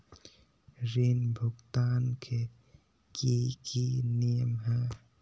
ऋण भुगतान के की की नियम है?